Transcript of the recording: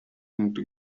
into